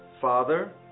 Father